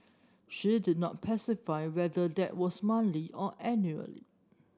she did not specify whether that was monthly or annually